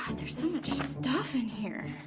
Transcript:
god, there's so much stuff in here.